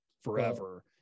forever